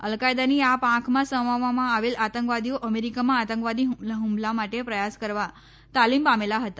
અલકાયદાની આ ાંખમાં સમાવવામાં આવેલ આતંકવાદીઓ અમેરિકામાં આતંકવાદી હુમલા માટે પ્રયાસ કરવા તાલીમ ભામેલા હતા